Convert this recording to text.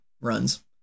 runs